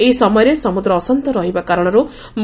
ଏହି ସମୟରେ ସମୁଦ୍ର ଅଶାନ୍ତ ରହିବା କାରଣରୁ ମ